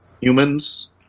Humans